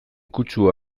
kutsua